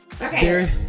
Okay